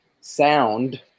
sound